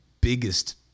biggest